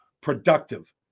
productive